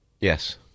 Yes